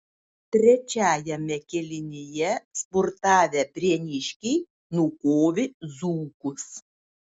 trečiajame kėlinyje spurtavę prieniškiai nukovė dzūkus